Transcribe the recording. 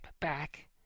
back